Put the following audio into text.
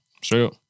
Sure